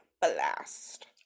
blast